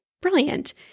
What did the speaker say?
brilliant